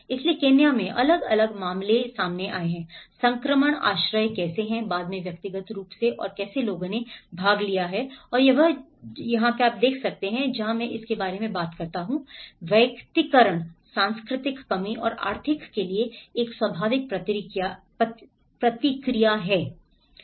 इसलिए केन्या में अलग अलग मामले सामने आए हैं संक्रमण आश्रय कैसे हैं बाद में व्यक्तिगत रूप से और कैसे लोगों ने भाग लिया है और यह वह जगह है जहाँ मैं इसके बारे में बात करता हूं वैयक्तिकरण सांस्कृतिक कमी और आर्थिक के लिए एक स्वाभाविक प्रतिक्रिया है अवसरों